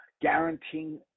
Guaranteeing